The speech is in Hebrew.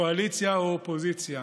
קואליציה או אופוזיציה.